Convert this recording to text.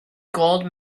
gold